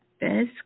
best